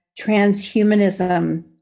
transhumanism